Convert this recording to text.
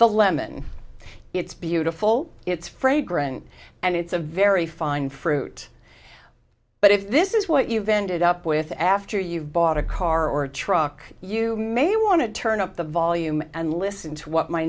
the lemon it's beautiful it's fragrant and it's a very fine fruit but if this is what you've ended up with after you've bought a car or a truck you may want to turn up the volume and listen to what my